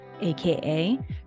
aka